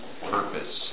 purpose